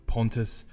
Pontus